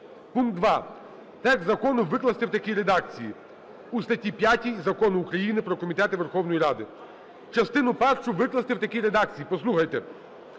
Пункт 2. Текст закону викласти в такій редакції: "У статті 5 Закону України про комітети Верховної Ради частину першу викласти в такій редакції…" Послухайте!